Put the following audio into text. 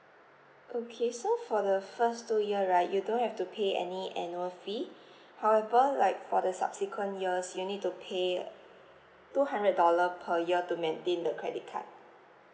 okay so for the first two year right you don't have to pay any annual fee however like for the subsequent years you need to pay two hundred dollar per year to maintain the credit card